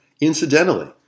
Incidentally